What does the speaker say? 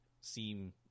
seem